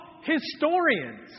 historians